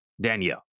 danielle